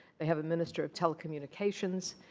they have a minister of telecommunications.